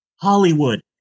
Hollywood